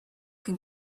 can